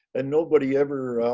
and nobody ever